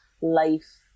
life